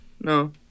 No